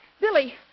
Billy